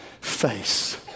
face